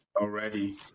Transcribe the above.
Already